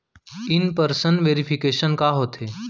In person verification का होथे?